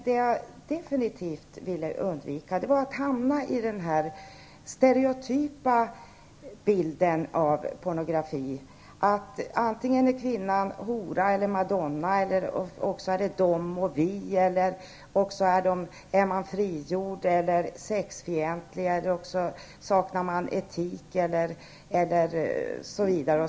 Det jag definitivt ville undvika var att hamna i den stereotypa bilden av pornografin. Antingen är kvinnan hora eller madonna, eller också är det de och vi. Antingen är man frigjord eller sexfientlig, eller också saknar man etik osv.